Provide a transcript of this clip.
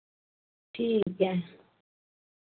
ठीक ऐ